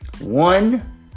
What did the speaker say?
One